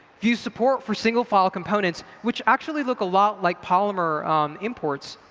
vue's support for single file components, which actually look a lot like polymer imports,